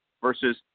versus